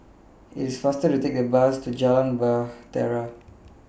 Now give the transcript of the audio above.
IT IS faster to Take The Bus to Jalan Bahtera